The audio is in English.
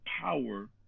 power